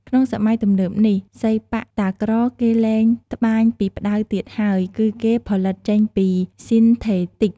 ក្នុងសម័យទំនើបនេះសីប៉ាក់តាក្រគេលែងត្បាញពីផ្ដៅទៀតហើយ គឺគេផលិតចេញពី ស៊ីនថេទីក ។